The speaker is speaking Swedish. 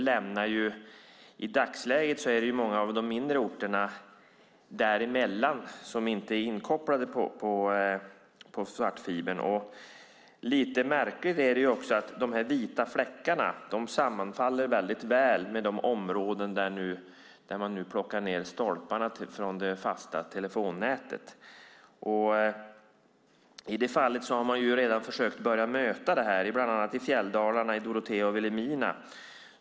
I dagsläget är det många av de mindre orterna däremellan som inte är inkopplade på svartfibern. Det är också lite märkligt att de vita fläckarna sammanfaller väldigt väl med de områden där man nu plockar ned stolparna från det fasta telefonnätet. Det fallet har man redan försökt börja möta. Det gäller bland annat i fjälldalarna i Dorotea och Vilhelmina.